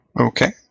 Okay